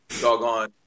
doggone